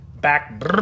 back